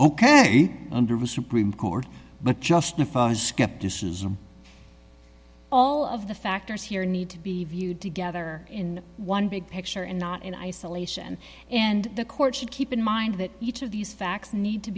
ok under the supreme court but justifies skepticism all of the factors here need to be viewed together in one big picture and not in isolation and the court should keep in mind that each of these facts need to